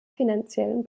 finanziellen